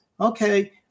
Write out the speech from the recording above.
Okay